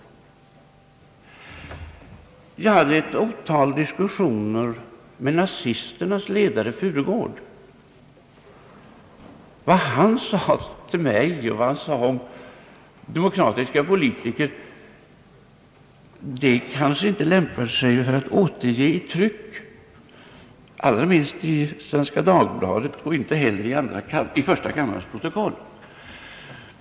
Jag hade också ett otal diskussioner med nazisternas ledare Furugård. Vad han sade till mig och vad han sade om demokratiska politiker kanske inte lämpar sig för att återge i tryck — allra minst i Svenska Dagbladet och inte heller i första kammarens protokoll.